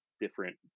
different